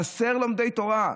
חסרים לומדי תורה.